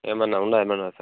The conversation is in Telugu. ఏమన్నా ఉందా మేడం అస్సలు